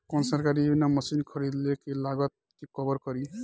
कौन सरकारी योजना मशीन खरीदले के लागत के कवर करीं?